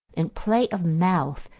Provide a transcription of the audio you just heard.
in play of mouth,